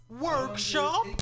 Workshop